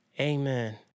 Amen